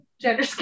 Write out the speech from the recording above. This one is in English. gender